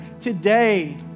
today